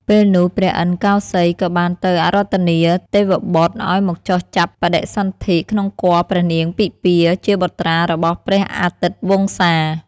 ពេលនោះព្រះឥន្ទកោសីយក៏បានទៅអារាធនាទេវបុត្រឱ្យមកចុះចាប់បដិសន្ធិក្នុងគភ៌ព្រះនាងពិម្ពាជាបុត្រារបស់ព្រះអាទិត្យវង្សា។